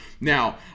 Now